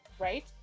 right